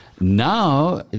now